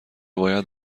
باید